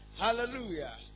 Hallelujah